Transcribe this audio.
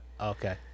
Okay